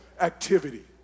activity